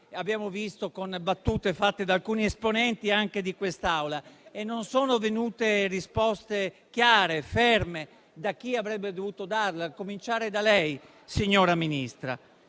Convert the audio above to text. abbiamo visto dalle battute fatte anche da alcuni esponenti di quest'Assemblea. Non sono venute risposte chiare e ferme da chi avrebbe dovuto darle, a cominciare dalla signora Ministra.